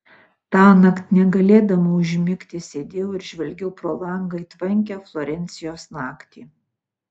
tąnakt negalėdama užmigti sėdėjau ir žvelgiau pro langą į tvankią florencijos naktį